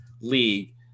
league